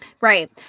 Right